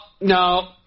no